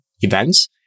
events